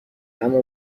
اما